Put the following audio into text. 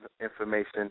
information